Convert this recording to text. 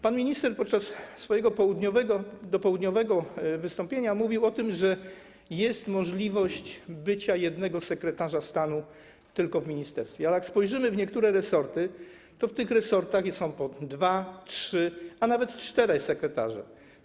Pan minister podczas swojego przedpołudniowego wystąpienia mówił o tym, że jest możliwość bycia tylko jednego sekretarza stanu w ministerstwie, ale jak spojrzymy w niektóre resorty, to w tych resortach jest po dwóch, trzech, a nawet czterech sekretarzy.